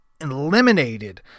eliminated